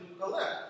collect